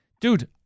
Dude